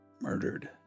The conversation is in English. murdered